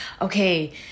okay